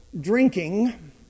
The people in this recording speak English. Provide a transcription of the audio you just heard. drinking